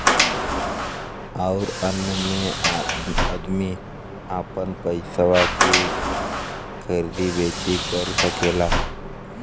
अउर अन्य मे अदमी आपन पइसवा के खरीदी बेची कर सकेला